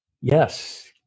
Yes